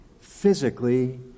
physically